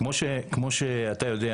כמו שאתה יודע,